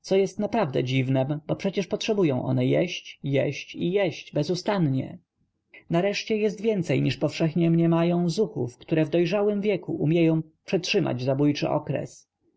co jest naprawdę dziwnem bo przecież potrzebują one jeść jeść i jeść bezustannie nareszcie jest więcej niż powszechnie mniemają zuchów które w dojrzałym wieku umieją przetrzymać zabójczy okres